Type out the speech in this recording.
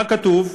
מה כתוב?